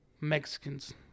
Mexicans